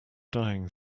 dying